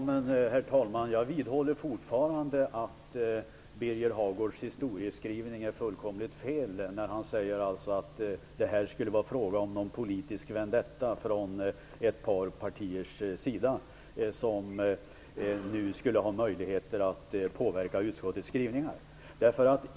Herr talman! Jag vidhåller fortfarande att Birger Hagårds historieskrivning är fullkomligt fel när han alltså säger att det skulle vara fråga om någon politisk vendetta från ett par partiers sida och att det nu skulle få möjlighet att påverka utskottets skrivningar.